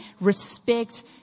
respect